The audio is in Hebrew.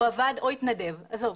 עבד או התנדב עזוב,